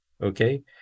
okay